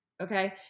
okay